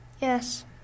Yes